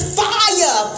fire